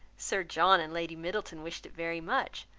sir john and lady middleton wished it very much.